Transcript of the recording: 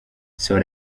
sur